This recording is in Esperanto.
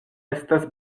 estas